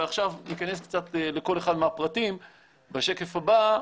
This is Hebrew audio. ועכשיו ניכנס קצת לכל אחד מהפרטים בשקף הבא,